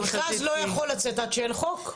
המכרז לא יכול לצאת עד שיש חוק.